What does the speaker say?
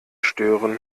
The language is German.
stören